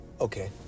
Okay